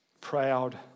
proud